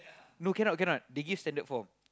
no cannot cannot they give standard form